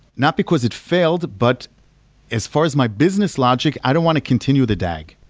not because it failed, but as far as my business logic, i don't want to continue the dag.